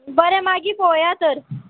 बरें मागीर पळोवया तर